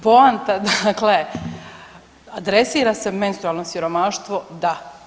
Poanta, dakle adresira se menstrualno siromaštvo da.